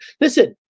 Listen